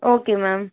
okay ma'am